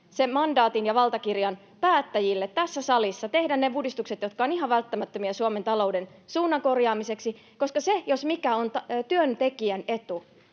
mandaatin ja valtakirjan päättäjille tässä salissa tehdä ne uudistukset, jotka ovat ihan välttämättömiä Suomen talouden suunnan korjaamiseksi. Se, jos mikä, on työntekijän etu,